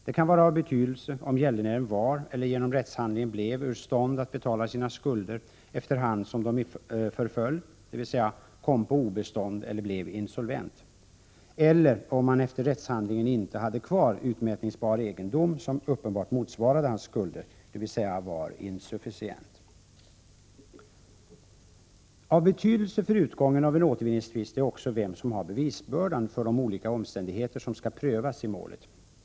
Det kan vara av betydelse om gäldenären var eller genom rättshandlingen blev ur stånd att betala sina skulder efter hand som de förföll, dvs. kom på obestånd eller blev insolvent eller om han efter rättshandlingen inte hade kvar utmätningsbar egendom som uppenbart motsvarade hans skulder, dvs. var insufficient. Av betydelse för utgången av en återvinningstvist är också vem som har bevisbördan för de olika omständigheter som skall prövas i målet.